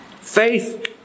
Faith